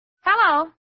Hello